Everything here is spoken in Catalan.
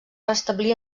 restablir